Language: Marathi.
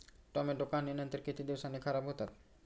टोमॅटो काढणीनंतर किती दिवसांनी खराब होतात?